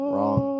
Wrong